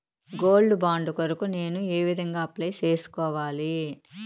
Gold bond కొరకు నేను ఏ విధంగా అప్లై సేసుకోవాలి?